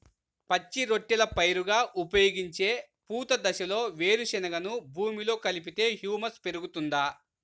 పచ్చి రొట్టెల పైరుగా ఉపయోగించే పూత దశలో వేరుశెనగను భూమిలో కలిపితే హ్యూమస్ పెరుగుతుందా?